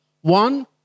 One